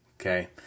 okay